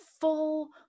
full